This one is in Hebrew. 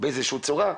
באיזו צורה,